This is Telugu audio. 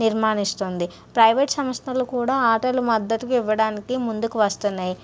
నిర్వహిస్తుంది ప్రైవేట్ సంస్థలు కూడా ఆటలు మద్దతుకు ఇవ్వడానికి ముందుకు వస్తున్నాయి